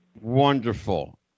Wonderful